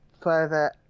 further